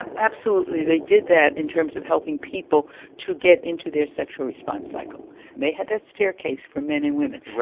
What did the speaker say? ah absolutely, they did that in terms of helping people to get into their sexual response cycle, and they had that staircase for many women.